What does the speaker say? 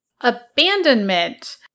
Abandonment